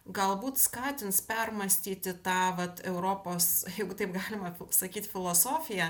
galbūt skatins permąstyti tą vat europos jeigu taip galima sakyt filosofiją